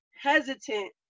hesitant